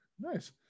Nice